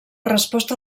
resposta